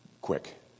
quick